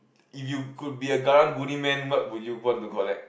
if you could be a karang-guni man what would you want to collect